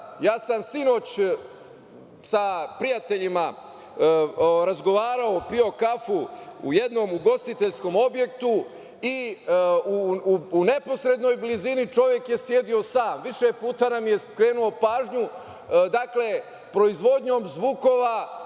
ja sam sinoć sa prijateljima razgovarao, pio kafu u jednom ugostiteljskom objektu i u neposrednoj blizini čovek je sedeo sam. Više puta nam je skrenuo pažnju, dakle proizvodnjom zvukova